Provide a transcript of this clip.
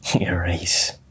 erase